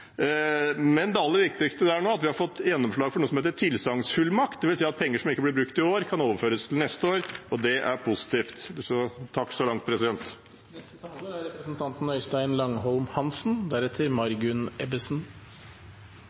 Men det aller viktigste der nå er at vi har fått gjennomslag for noe som heter tilsagnsfullmakt. Det vil si at penger som ikke blir brukt i år, kan overføres til neste år, og det er positivt. Takk så langt.